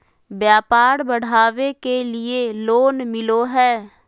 व्यापार बढ़ावे के लिए लोन मिलो है?